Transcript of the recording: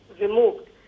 removed